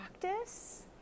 practice